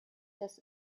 das